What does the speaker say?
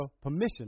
permission